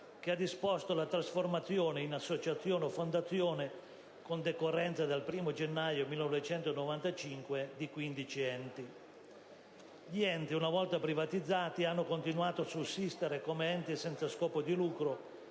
che ha disposto la trasformazione in associazione o fondazione, con decorrenza dal 1° gennaio 1995, di 15 enti. Gli enti, una volta privatizzati, hanno continuato a sussistere come enti senza scopo di lucro,